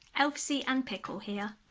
elfzy and pickle here.